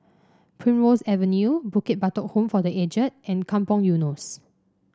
Primrose Avenue Bukit Batok Home for The Aged and Kampong Eunos